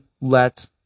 let